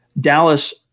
Dallas